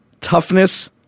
toughness